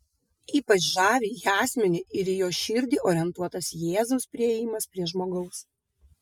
ypač žavi į asmenį ir jo širdį orientuotas jėzaus priėjimas prie žmogaus